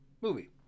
movie